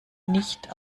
nicht